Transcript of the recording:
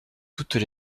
toutes